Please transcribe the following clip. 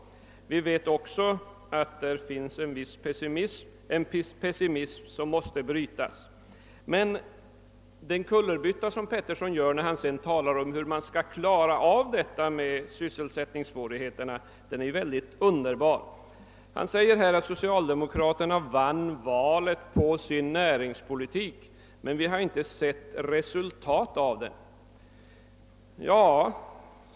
Där finns även en viss pessimism som måste brytas. Den kullerbytta som herr Petersson i Gäddvik gör när han talar om hur man skall klara av sysselsättningssvårigheterna är helt enkelt underbar. Han säger att socialdemokraterna vann valet på sin näringspolitik men att vi inte har sett något resultat av den.